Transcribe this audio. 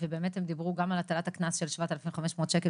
הם גם דיברו על הטלת הקנס של 7,500 שקל